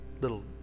little